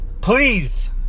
please